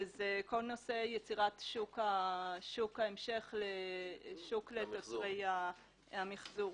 שזה כל נושא יצירת שוק לתוצרי המחזור.